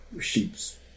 sheep's